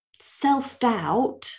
self-doubt